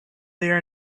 there